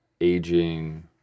aging